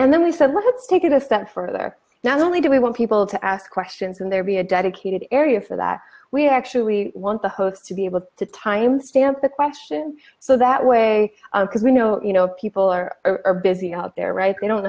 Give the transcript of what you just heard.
and then we said let's take it a step further now only do we want people to ask questions and there be a dedicated area for that we actually want the hosts to be able to timestamp a question so that way because we know you know people are are busy out there right they don't